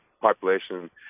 population